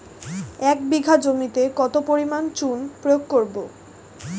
এক বিঘা জমিতে কত পরিমাণ চুন প্রয়োগ করব?